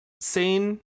seen